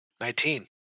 Nineteen